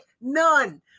None